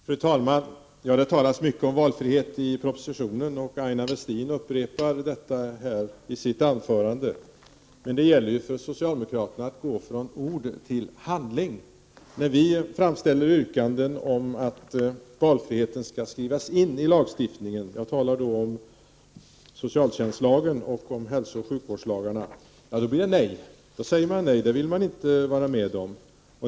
Fru talman! Det talas mycket om valfrihet i propositionen, och Aina Westin upprepar detta i sitt anförande. Men det gäller för socialdemokraterna att gå från ord till handling. När vi framställer yrkanden om att valfriheten skall skrivas in i lagarna — jag talar då om socialtjänstlagen och om hälsooch sjukvårdslagarna — då säger socialdemokraterna nej, det vill de inte vara med om.